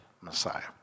Messiah